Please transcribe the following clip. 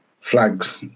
flags